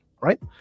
right